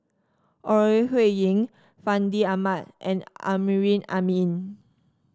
Ore Huiying Fandi Ahmad and Amrin Amin